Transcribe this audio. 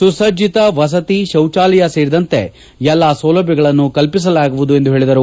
ಸುಸಣ್ಣತ ವಸತಿ ಶೌಚಾಲಯ ಸೇರಿದಂತೆ ಎಲ್ಲಾ ಸೌಲಭ್ಣಗಳನ್ನು ಕಲ್ಪಿಸಲಾಗುವುದು ಎಂದು ಹೇಳಿದರು